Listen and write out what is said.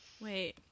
Wait